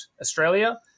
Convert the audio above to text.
Australia